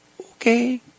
okay